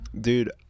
dude